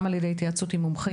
גם על ידי התייעצות עם מומחים,